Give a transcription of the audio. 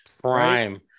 Prime